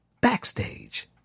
backstage